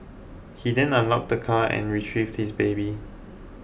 he then unlocked the car and retrieved his baby